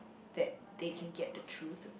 that they can get the truth